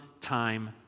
time